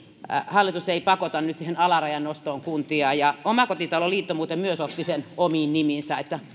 hallitus ei pakota nyt siihen alarajan nostoon kuntia omakotitaloliitto muuten myös otti sen omiin nimiinsä niin että